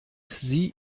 sie